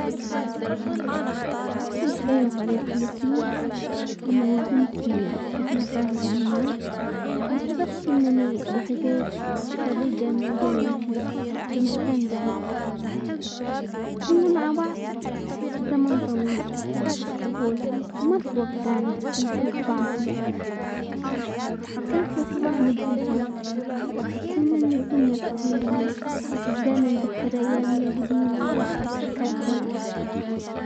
اكثر شي غريب حدث لي لمن كنت في رحلة خارج عمان، وصادفت انني التقيت صديقة من قريتي في مكان بعيد، كنا مع بعض زمن طويل في الطفولة، ما توقعنا نشوف بعض هناك، كانت لحظة مدهشة وحسينا ان الدنيا صغيرة، وبدانا نذكر ايامنا القديمة وضحكاتنا.